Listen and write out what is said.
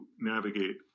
navigate